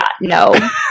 no